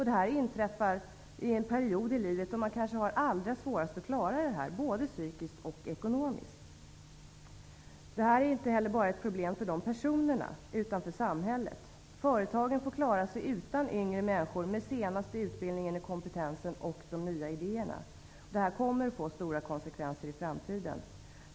Detta inträffar under perioder i livet då de har svårast att klara detta, både psykiskt och ekonomiskt. Detta är inte bara ett problem för dessa personer, utan även för samhället. Företagen får klara sig utan yngre människor med den senaste utbildningen och kompetensen och de nya idéerna. Detta kommer att få stora konsekvenser för framtiden.